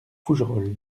fougerolles